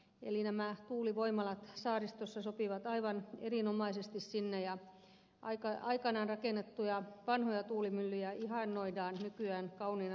eli nämä tuulivoimalat saaristossa sopivat aivan erinomaisesti sinne ja aikoinaan rakennettuja vanhoja tuulimyllyjä ihannoidaan nykyään kauniina rakennuksina